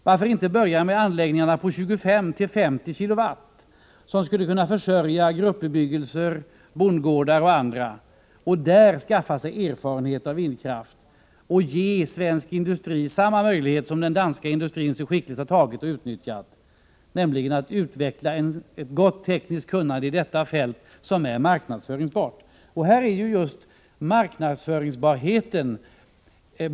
Varför inte börja med anläggningar på 25-50 kW, som skulle kunna försörja gruppbebyggelse och bondgårdar. Man skulle därigenom kunna skaffa sig erfarenhet av vindkraften och ge svensk industri samma möjlighet som den danska industrin så skickligt har utnyttjat, nämligen att utveckla ett gott tekniskt kunnande i detta fält som är marknadsföringsbart.